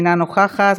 אינה נוכחת,